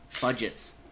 budgets